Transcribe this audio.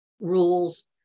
rules